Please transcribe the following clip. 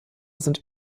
sind